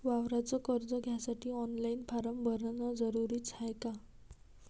वावराच कर्ज घ्यासाठी ऑनलाईन फारम भरन जरुरीच हाय का?